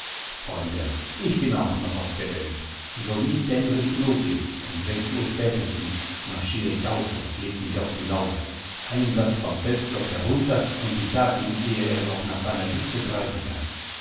freunderl ich bin auch noch auf der welt sowie's dämmrig genug ist um sechs uhr spätestens marschier ich aus und leg mich auf die lauer ein satz vom felsblock herunter und ich hab ihn ehe er noch nach seiner büchse greifen kann